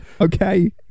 okay